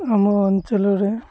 ଆମ ଅଞ୍ଚଳରେ